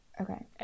Okay